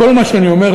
כל מה שאני אומר,